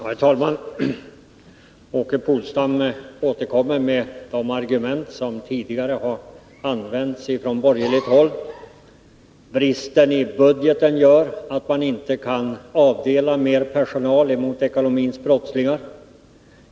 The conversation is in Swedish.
Herr talman! Åke Polstam återkommer med de argument som tidigare har använts från borgerligt håll, nämligen att bristen i budgeten gör att man inte kan avdela mer personal mot ekonomins brottslingar.